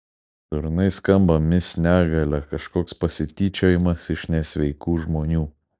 durnai skamba mis negalia kažkoks pasityčiojimas iš nesveikų žmonių